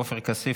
עופר כסיף,